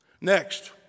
Next